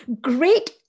great